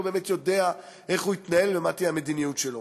באמת יודע איך הוא יתנהל ומה תהיה המדיניות שלו.